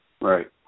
Right